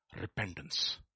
Repentance